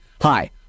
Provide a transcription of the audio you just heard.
hi